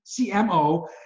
CMO